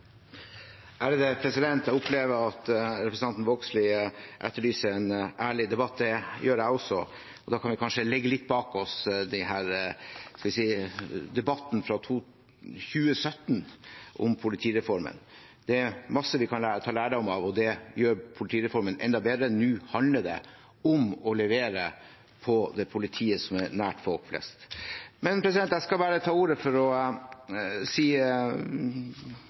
Jeg opplever at representanten Vågslid etterlyser en ærlig debatt. Det gjør jeg også, og da kan vi kanskje legge litt bak oss debatten fra 2017 om politireformen. Det er masse vi kan ta lærdom av, og det gjør politireformen enda bedre. Nå handler det om å levere på det politiet som er nær folk flest. Jeg tok ordet for å klargjøre Fremskrittspartiets stemmegivning. Vi kommer til å